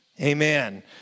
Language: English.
Amen